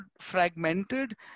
fragmented